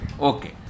Okay